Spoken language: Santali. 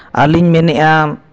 ᱟᱨᱞᱤᱧ ᱢᱮᱱᱮᱫᱼᱟ